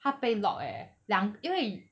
他被 lock eh 两因为